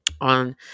on